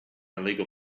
illegal